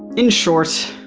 in short,